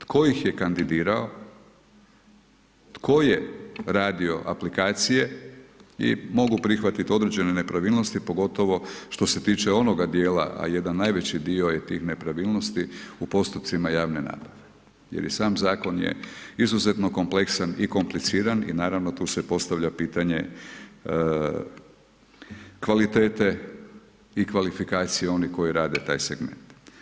Tko ih je kandidirao, tko je radio aplikacije i mogu prihvatiti određene nepravilnosti pogotovo što se tiče onoga dijela, a jedan najveći dio je tih nepravilnosti u postupcima javne nabave, jer i sam zakon je izuzetno kompleksan i kompliciran i naravno tu se postavlja pitanje kvalitete i kvalifikacije onih koji rade taj segment.